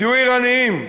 תהיו ערניים.